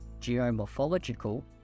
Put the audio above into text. geomorphological